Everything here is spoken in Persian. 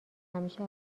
همیشه